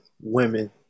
women